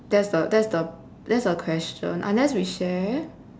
that's the that's that's the question unless we share